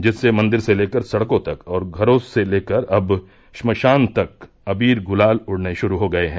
जिसमें मंदिर से लेकर सड़कों तक और घरों से लेकर अब श्मशान तक अवीर गुलाल उड़ने शरू हो गये हैं